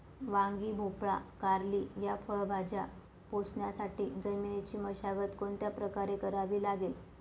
वांगी, भोपळा, कारली या फळभाज्या पोसण्यासाठी जमिनीची मशागत कोणत्या प्रकारे करावी लागेल?